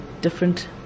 different